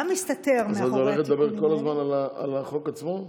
מה מסתתר מאחורי התיקונים האלה.